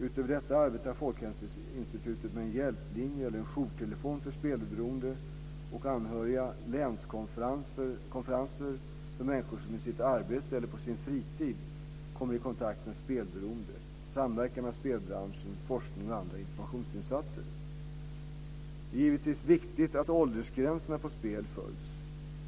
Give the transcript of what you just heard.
Utöver detta arbetar Folkhälsoinstitutet med en hjälplinje eller jourtelefon för spelberoende och anhöriga, länskonferenser för människor som i sitt arbete eller på sin fritid kommer i kontakt med spelberoende, samverkan med spelbranschen, forskning och andra informationsinsatser. Det är givetvis viktigt att åldersgränserna på spel följs.